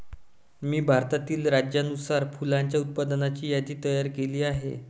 मी भारतातील राज्यानुसार फुलांच्या उत्पादनाची यादी तयार केली आहे